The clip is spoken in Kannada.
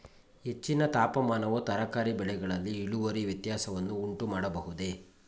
ಹೆಚ್ಚಿನ ತಾಪಮಾನವು ತರಕಾರಿ ಬೆಳೆಗಳಲ್ಲಿ ಇಳುವರಿ ವ್ಯತ್ಯಾಸವನ್ನು ಉಂಟುಮಾಡಬಹುದೇ?